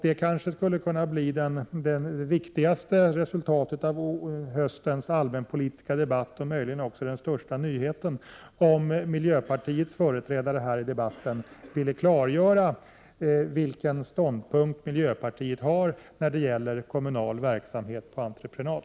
Det skulle kanske kunna bli det viktigaste resultatet av höstens allmänpolitiska debatt — och möjligen också den största nyheten — om miljöpartiets företrädare här i debatten ville klargöra vilken ståndpunkt miljöpartiet har när det gäller kommunal verksamhet på entreprenad.